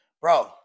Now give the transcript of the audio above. Bro